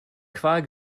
qual